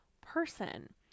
person